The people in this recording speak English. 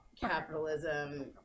capitalism